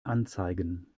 anzeigen